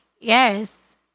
Yes